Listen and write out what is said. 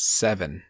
seven